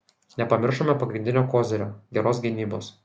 nepamiršome pagrindinio kozirio geros gynybos